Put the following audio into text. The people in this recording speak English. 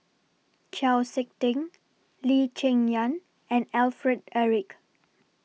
Chau Sik Ting Lee Cheng Yan and Alfred Eric